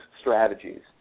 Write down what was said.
strategies